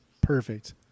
perfect